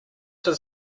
does